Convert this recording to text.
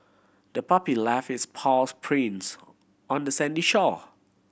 the puppy left its paws prints on the sandy shore